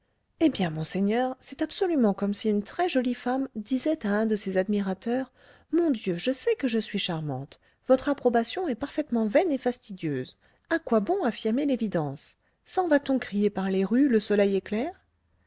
eh bien monseigneur c'est absolument comme si une très-jolie femme disait à un de ses admirateurs mon dieu je sais que je suis charmante votre approbation est parfaitement vaine et fastidieuse à quoi bon affirmer l'évidence s'en va-t-on crier par les rues le soleil éclaire